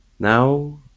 Now